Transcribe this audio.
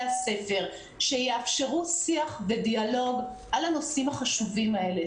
ספר שיאפשרו שיח ודיאלוג על הנושאים החשובים האלה,